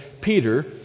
Peter